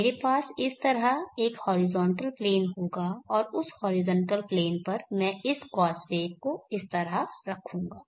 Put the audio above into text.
मेरे पास इस तरह एक हॉरिजॉन्टल प्लेन होगा और उस हॉरिजॉन्टल प्लेन पर मैं इस कॉस वेव को इस तरह रखूंगा